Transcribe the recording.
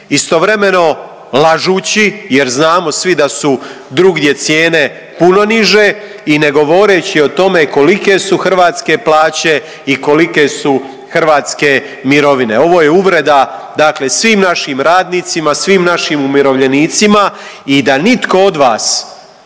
istovremeno lažući jer znamo svi da su drugdje cijene puno niže i ne govoreći o tome kolike su hrvatske plaće i kolike su hrvatske mirovine. Ovo je uvreda svim našim radnicima, svim našim umirovljenicima i da nitko od vas,